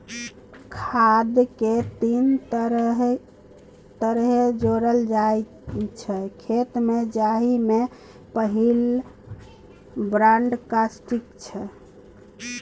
खाद केँ तीन तरहे जोरल जाइ छै खेत मे जाहि मे पहिल ब्राँडकास्टिंग छै